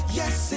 yes